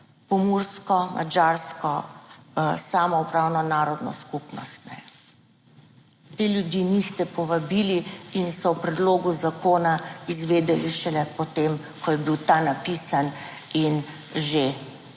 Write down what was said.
Pomursko madžarsko samoupravno narodno skupnost. Te ljudi niste povabili in so o predlogu zakona izvedeli šele potem, ko je bil ta napisan in že čez